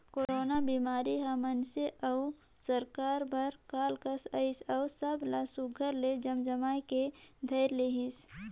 corona बिमारी हर मइनसे अउ सरकार बर काल कस अइस अउ सब ला सुग्घर ले जमजमाए के धइर लेहिस